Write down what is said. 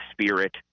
spirit